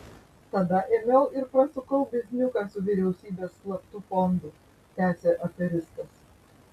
tada ėmiau ir prasukau bizniuką su vyriausybės slaptu fondu tęsė aferistas